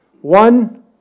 One